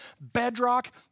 bedrock